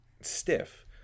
stiff